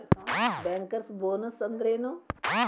Bankers bonus ಅಂದ್ರೇನು?